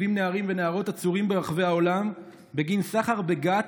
נערים ונערות עצורים ברחבי העולם בגין סחר בגת,